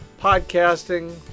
Podcasting